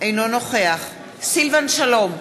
אינו נוכח סילבן שלום,